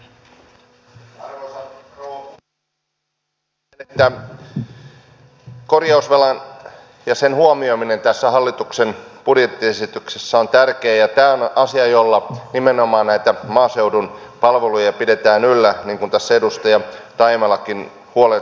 näen että korjausvelka ja sen huomioiminen tässä hallituksen budjettiesityksessä on tärkeää ja tämä on asia jolla nimenomaan näitä maaseudun palveluja pidetään yllä niin kuin tässä edustaja taimelakin huolta kantoi